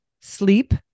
sleep